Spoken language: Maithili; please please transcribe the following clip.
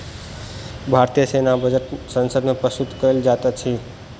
भारतीय सेना बजट संसद मे प्रस्तुत कयल जाइत अछि